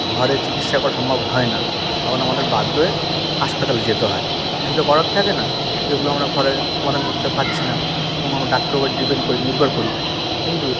ঘরে চিকিৎসা করা সম্ভব হয় না তখন আমাদের বাধ্য হয়ে হাসপাতালে যেতে হয় কিছু তো করার থাকে না যেগুলো আমরা ঘরে সমাধান করতে পারছি না তখন আমরা ডাক্তারের ওপরে ডিপেন্ড করি নির্ভর করি কিন্তু